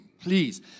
please